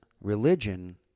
religion